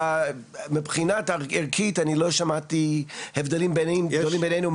מבחינה ערכית אני לא שמעתי הבדלים גדולים בינינו,